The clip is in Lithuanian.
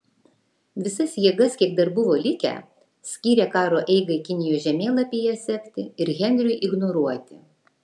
visas jėgas kiek dar buvo likę skyrė karo eigai kinijos žemėlapyje sekti ir henriui ignoruoti